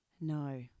No